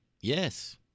Yes